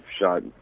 shot